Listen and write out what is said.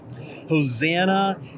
Hosanna